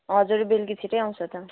हजुर बेलुकी छिट्टै आउँछ त